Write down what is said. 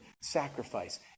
sacrifice